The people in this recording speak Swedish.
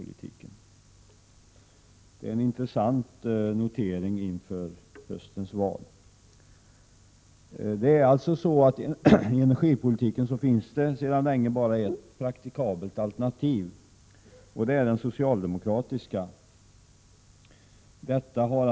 Detta är en intressant notering inför höstens val. I energipolitiken finns det sedan länge bara ett praktikabelt alternativ. Det är det socialdemokratiska alternativet.